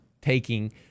taking